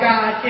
God